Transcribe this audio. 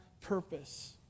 purpose